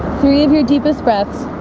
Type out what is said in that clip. three of your deepest breaths